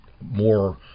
more